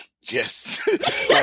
Yes